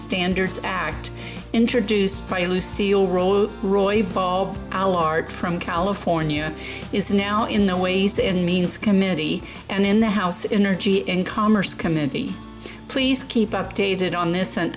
standards act introduced by lucille roll roy our lord from california is now in the ways and means committee and in the house inner g and commerce committee please keep updated on this and